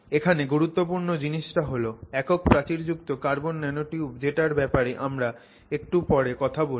এখানে গুরুত্বপূর্ণ জিনিসটা হল একক প্রাচীরযুক্ত কার্বন ন্যানোটিউব যেটার ব্যাপারে আমরা একটু পরে কথা বলবো